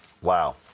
Wow